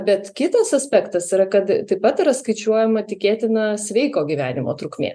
bet kitas aspektas yra kad taip pat yra skaičiuojama tikėtina sveiko gyvenimo trukmė